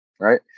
right